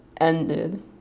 ended